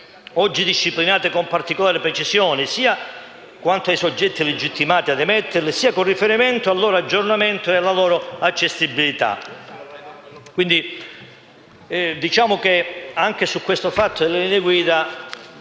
guida, disciplinate con particolare precisione, sia quanto ai soggetti legittimati ad emetterle, sia con riferimento al loro aggiornamento e alla loro accessibilità.